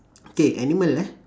okay animal ah